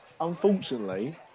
unfortunately